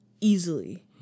Easily